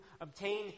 obtain